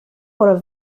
oder